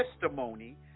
testimony